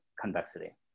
convexity